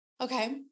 okay